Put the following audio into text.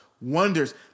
Wonders